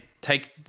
take